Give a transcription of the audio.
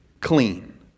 clean